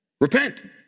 Repent